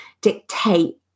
dictate